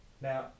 Now